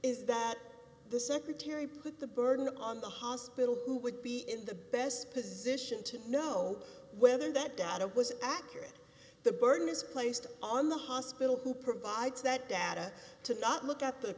is that the secretary put the burden on the hospital who would be in the best position to know whether that data was accurate the burden is placed on the hospital who provides that data to not look at the